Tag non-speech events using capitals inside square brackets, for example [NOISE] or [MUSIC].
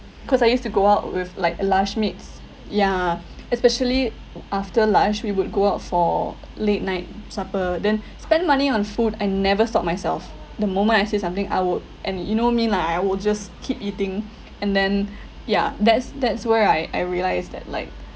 cause I used to go out with like uh lush mates yeah especially [NOISE] after lush we would go out for late night supper then spend money on food I never stop myself the moment I say something I would and you know me lah I will just keep eating and then ya that's that's where I I realised that like